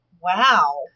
Wow